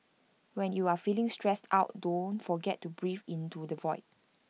when you are feeling stressed out don't forget to breathe into the void